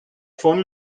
von